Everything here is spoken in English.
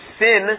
sin